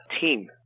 team